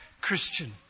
Christian